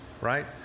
Right